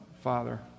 Father